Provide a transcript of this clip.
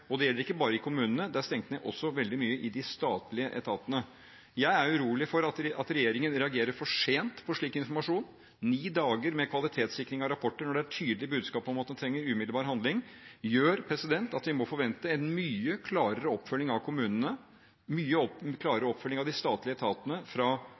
Det gjelder ikke bare i kommunene. Det er stengt ned veldig mye i de statlige etatene. Jeg er urolig for at regjeringen reagerer for sent på slik informasjon. Ni dager med kvalitetssikring av rapporter når det kommer et tydelig budskap om at man trenger umiddelbar handling, gjør at vi må forvente en mye klarere oppfølging av kommunene, en mye klarere oppfølging av de statlige etatene fra